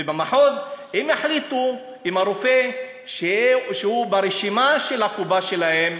ובמחוז יחליטו אם הרופא שברשימה של הקופה שלהם,